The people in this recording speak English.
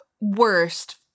Worst